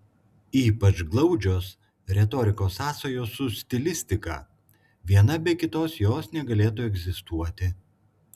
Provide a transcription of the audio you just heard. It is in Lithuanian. ypač glaudžios retorikos sąsajos su stilistika viena be kitos jos negalėtų egzistuoti